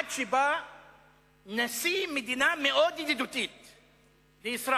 עד שבא נשיא מדינה מאוד ידידותית לישראל,